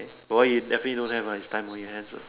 but what you definitely don't have uh is time on your hands uh